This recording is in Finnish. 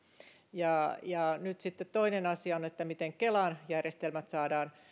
ja ja nyt sitten toinen asia on miten kelan järjestelmät saadaan